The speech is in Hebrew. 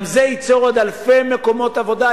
גם זה ייצור עוד אלפי מקומות עבודה,